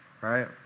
right